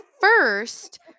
first